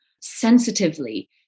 sensitively